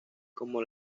como